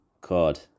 card